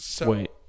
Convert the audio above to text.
Wait